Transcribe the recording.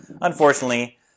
unfortunately